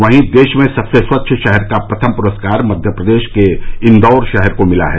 वहीं देश में सबसे स्वच्छ शहर का प्रथम पुरस्कार मध्य प्रदेश के इंदौर शहर को मिला है